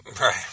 Right